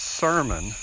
sermon